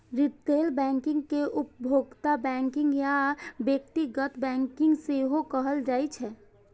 retail banking कें उपभोक्ता banking या व्यक्तिगत बैंकिंग सेहो कहल जाइ छै